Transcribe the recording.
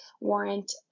warrant